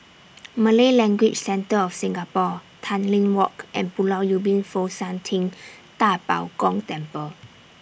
Malay Language Centre of Singapore Tanglin Walk and Pulau Ubin Fo Shan Ting DA Bo Gong Temple